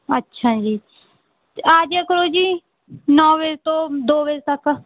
ਅੱਛਾ ਜੀ ਤਾਂ ਆ ਜਾਇਆ ਕਰੋ ਜੀ ਨੌਂ ਵਜੇ ਤੋਂ ਦੋ ਵਜੇ ਤੱਕ